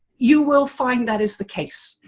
you will find that is the case,